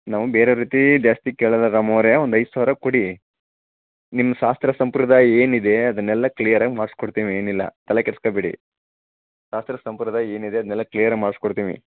ನಾವು ಬೇರೆಯವ್ರ ರೀತಿ ಜಾಸ್ತಿ ಕೇಳೋಲ್ಲ ರಾಮು ಅವರೇ ಒಂದು ಐದು ಸಾವಿರ ಕೊಡಿ ನಿಮ್ಮ ಶಾಸ್ತ್ರ ಸಂಪ್ರದಾಯ ಏನಿದೆ ಅದನ್ನೆಲ್ಲ ಕ್ಲಿಯರಾಗಿ ಮಾಡ್ಸ್ಕೊಡ್ತಿವಿ ಏನಿಲ್ಲ ತಲೆ ಕೆಡ್ಸ್ಕೊಬೇಡಿ ಶಾಸ್ತ್ರ ಸಂಪ್ರದಾಯ ಏನಿದೆ ಅದನ್ನೆಲ್ಲ ಕ್ಲಿಯರಾಗಿ ಮಾಡ್ಸಿ ಕೊಡ್ತೀವಿ